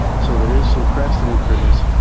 so there is some precedent for this.